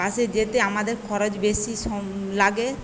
বাসে যেতে আমাদের খরচ বেশি সম লাগে